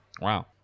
Wow